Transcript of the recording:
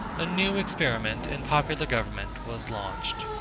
a new experiment in popular government was launched.